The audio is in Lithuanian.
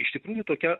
iš tikrųjų tokia